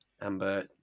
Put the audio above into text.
Amber